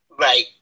Right